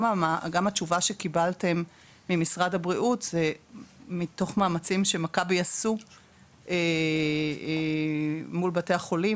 גם התשובה שקיבלתם ממשרד הבריאות מתוך מאמצים שמכבי עשו מול בתי החולים,